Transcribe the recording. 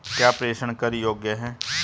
क्या प्रेषण कर योग्य हैं?